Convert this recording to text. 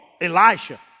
Elisha